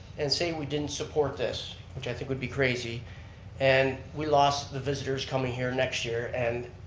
and say we didn't support this, which i think would be crazy and we lost the visitors coming here next year and